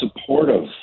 supportive